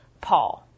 Paul